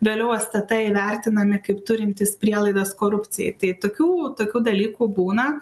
vėliau stt įvertinami kaip turintys prielaidas korupcijai tai tokių tokių dalykų būna